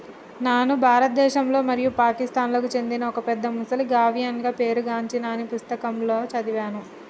నాను భారతదేశంలో మరియు పాకిస్తాన్లకు చెందిన ఒక పెద్ద మొసలి గావియల్గా పేరు గాంచింది అని పుస్తకాలలో సదివాను